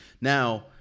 Now